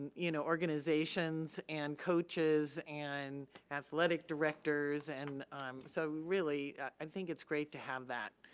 you know, organizations and coaches and athletic directors. and um so really, i think it's great to have that,